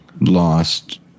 lost